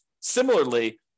Similarly